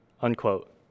unquote